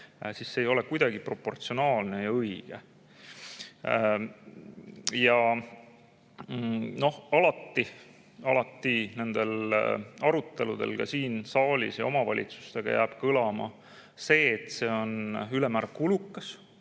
– see ei ole kuidagi proportsionaalne ja õige. Paraku alati nendel aruteludel ka siin saalis ja omavalitsustega jääb kõlama, et see on ülemäära kulukas